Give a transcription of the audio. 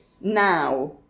now